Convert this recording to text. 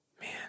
man